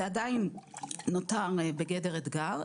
זה עדיין נותר בגדר אתגר.